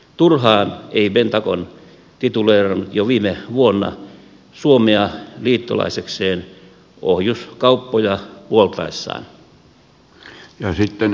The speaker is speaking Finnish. turhaan ei pentagon tituleerannut jo viime vuonna suomea liittolaisekseen ohjuskauppoja puoltaessaan